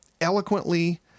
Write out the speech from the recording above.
eloquently